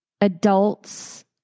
adults